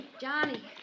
Johnny